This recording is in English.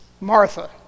Martha